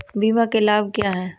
बीमा के लाभ क्या हैं?